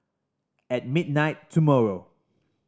at midnight tomorrow